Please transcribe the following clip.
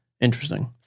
interesting